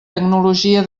tecnologia